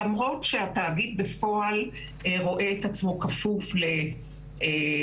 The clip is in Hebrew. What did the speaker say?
למרות שבפועל התאגיד רואה את עצמו כפוף לחוק.